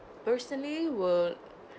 recently would